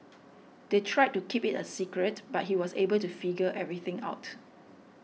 they tried to keep it a secret but he was able to figure everything out